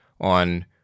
on